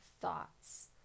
thoughts